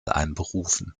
einberufen